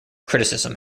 criticism